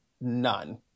None